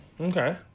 Okay